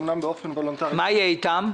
אומנם באופן וולונטרי --- מה יהיה איתם?